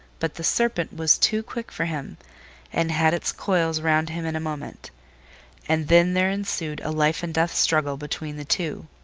but the serpent was too quick for him and had its coils round him in a moment and then there ensued a life-and-death struggle between the two.